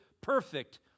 perfect